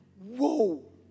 whoa